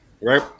Right